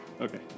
Okay